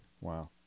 Wow